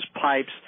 pipes